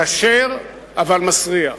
כשר אבל מסריח.